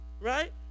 Right